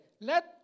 Let